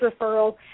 referral